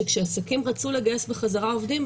שכשהעסקים רצו לגייס בחזרה עובדים,